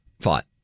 Fought